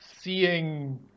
seeing